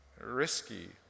risky